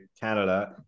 Canada